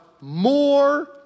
more